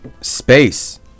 space